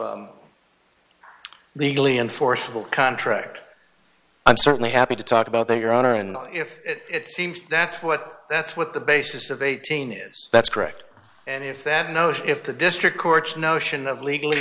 of legally enforceable contract i'm certainly happy to talk about that your honor and if it seems that what that's what the basis of eighteen is that's correct and if then you know if the district court notion of legally